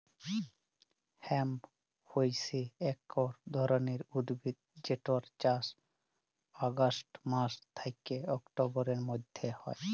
hemp হইসে একট ধরণের উদ্ভিদ যেটর চাস অগাস্ট মাস থ্যাকে অক্টোবরের মধ্য হয়